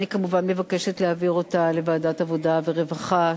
אני כמובן מבקשת להעביר אותה לוועדת העבודה והרווחה.